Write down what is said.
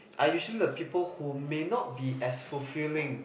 are usually the people who may not be as fulfilling